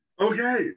Okay